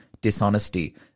Dishonesty